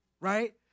right